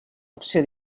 opció